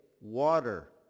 water